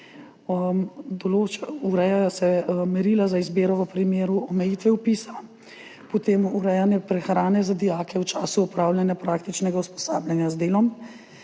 Urejajo se merila za izbiro v primeru omejitve vpisa. Potem urejanje prehrane za dijake v času opravljanja praktičnega usposabljanja z delom.